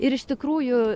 ir iš tikrųjų